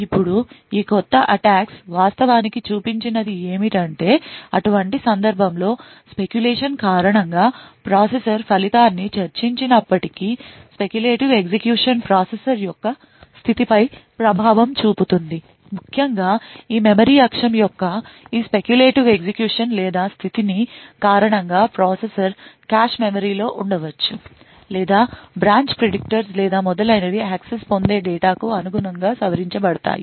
ఇప్పుడు ఈ కొత్త అటాక్స్ వాస్తవానికి చూపించినది ఏమిటంటే అటువంటి సందర్భంలో speculation కారణంగా ప్రాసెసర్ ఫలితాన్ని చర్చించినప్పటికీ speculative ఎగ్జిక్యూషన్ ప్రాసెసర్ యొక్క స్థితిపై ప్రభావం చూపుతుంది ముఖ్యంగా ఈ మెమరీ అక్షం యొక్క ఈ speculative ఎగ్జిక్యూషన్ లేదా స్థితి కారణంగా ప్రాసెసర్ కాష్ మెమరీలో ఉండవచ్చు లేదా బ్రాంచ్ ప్రిడిక్టర్స్ లేదా మొదలైనవి యాక్సెస్ పొందే డేటాకు అనుగుణంగా సవరించబడతాయి